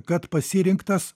kad pasirinktas